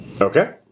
Okay